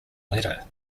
letter